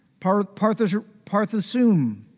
Parthasum